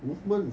movements